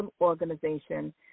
organization